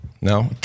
No